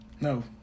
No